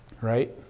right